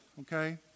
okay